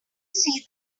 see